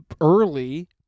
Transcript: early